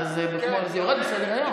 זה יורד מסדר-היום.